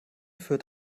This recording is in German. führt